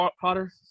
Potter